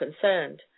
concerned